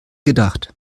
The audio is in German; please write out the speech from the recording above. gedacht